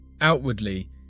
Outwardly